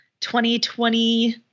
2020